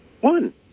One